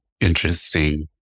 interesting